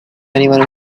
anyone